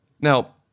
Now